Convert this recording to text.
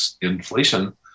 inflation